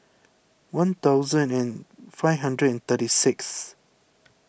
one thousand and five hundred and thirty sixth